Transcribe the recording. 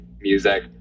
music